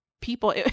people